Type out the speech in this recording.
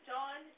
John